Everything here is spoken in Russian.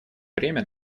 время